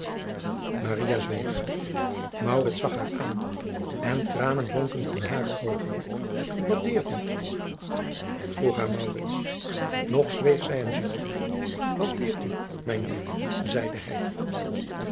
zag haar aan en tranen blonken in hare oogen wat deert u vroeg haar maurits nog zweeg zij en zuchtte wat deert adriaan loosjes pzn het leven van maurits lijnslager u mijne lieve zeide hij